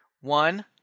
One